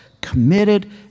committed